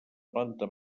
planta